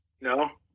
No